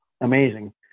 amazing